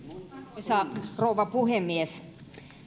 arvoisa rouva puhemies